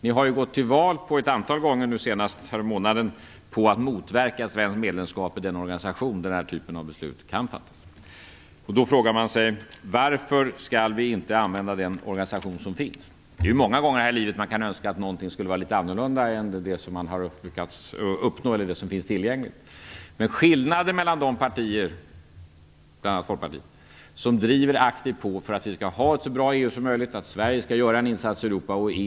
Ni har ju i Miljöpartiet ett antal gånger, senast förra månaden, gått till val på att ni vill motverka svenskt medlemskap i en organisation där den här typen av beslut kan fattas. Då frågar man sig: Varför skall vi inte använda den organisation som finns? Det är många gånger här i livet så att man kan önska att någonting skulle vara litet annorlunda än det som man har lyckats uppnå eller det som finns tillgängligt. Skillnaden mellan de partier som aktivt driver på för att vi skall ha ett så bra EU som möjligt och att Sverige skall göra en insats i Europa och EU, bl.a.